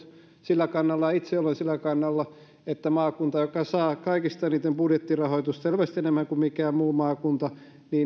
sillä kannalla ja itse olen sillä kannalla että maakunta joka saa kaikista eniten budjettirahoitusta selvästi enemmän kuin mikään muu maakunta